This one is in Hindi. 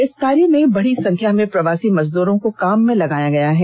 इस कार्य में बडी संख्या में प्रवासी मजदूरों को काम में लगाया गया है